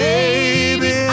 Baby